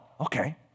Okay